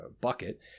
bucket